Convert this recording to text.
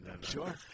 Sure